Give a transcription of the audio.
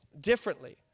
differently